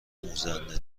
آموزنده